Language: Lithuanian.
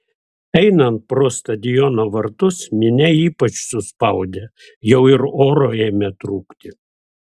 einant pro stadiono vartus minia ypač suspaudė jau ir oro ėmė trūkti